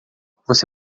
você